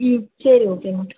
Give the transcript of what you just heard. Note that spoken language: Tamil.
ம் சரி ஓகேம்மா